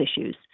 issues